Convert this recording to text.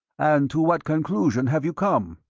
and to what conclusion have you come?